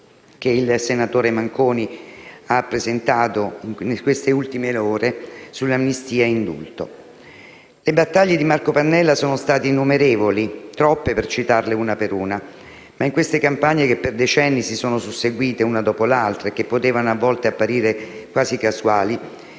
il senatore Manconi ha presentato in queste ultime ore sull'Amnistia e indulto. Le battaglie di Marco Pannella sono state innumerevoli, troppe per citarle una per una, ma in queste campagne, che per decenni si sono susseguite una dopo l'altra e che potevano a volte apparire quasi casuali,